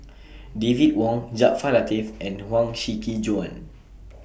David Wong Jaafar Latiff and Huang Shiqi Joan